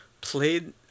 played